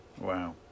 wow